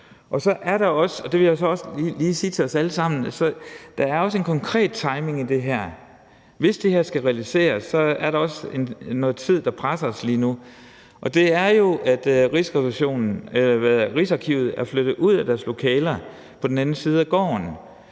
at der også er en konkret timing i det her. Hvis det her skal realiseres, er der også noget, der presser os på tid lige nu. Det er jo, at Rigsarkivet er flyttet ud af deres lokaler på den anden side af gården.